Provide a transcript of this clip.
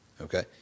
Okay